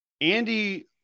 Andy